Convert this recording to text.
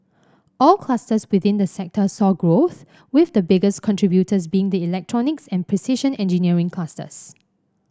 all clusters within the sector saw growth with the biggest contributors being the electronics and precision engineering clusters